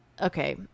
okay